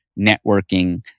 networking